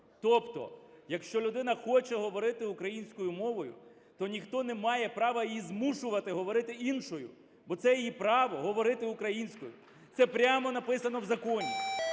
Тобто якщо людина хоче говорити українською мовою, то ніхто не має права її змушувати говорити іншою, бо це її право говорити українською. Це прямо написано в законі.